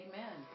Amen